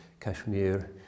Kashmir